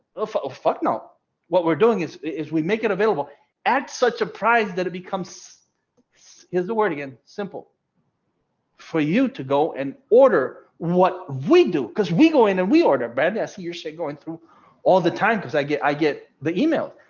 for but now, what we're doing is is we make it available at such a price that it becomes is the word again, simple for you to go and order what we do, because we go in and we order by the i see you're so going through all the time, because i get i get the email,